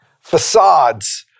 facades